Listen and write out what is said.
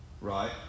Right